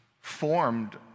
formed